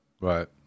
Right